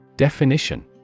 Definition